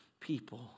people